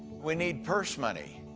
we need purse money.